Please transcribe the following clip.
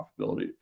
profitability